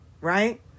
right